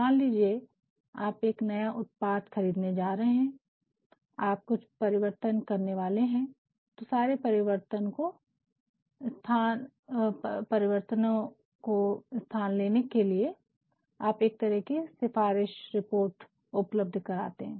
मान लीजिये आप एक नया उत्पाद खरीदने जा रहे है आप कुछ परिवर्तन करने वाले है तो सारे परिवर्तन को स्थान लेने के लिए आप एक तरह कि सिफारशी रिपोर्ट उपलब्ध कराते है